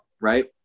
Right